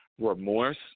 remorse